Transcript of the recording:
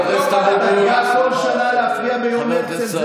אתה בא כל שנה להפריע ביום הרצל.